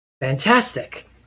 Fantastic